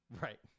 Right